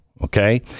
okay